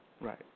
Right